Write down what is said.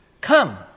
Come